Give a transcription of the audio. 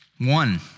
One